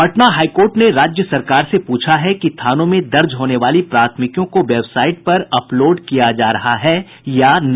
Patna high court ने राज्य सरकार से पूछा है कि थानों में दर्ज होने वाली प्राथमिकियों को वेबसाइट पर आपलोड किया जा रहा है या नहीं